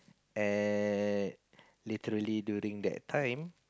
and literally during that time